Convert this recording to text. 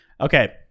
Okay